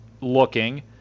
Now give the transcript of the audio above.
looking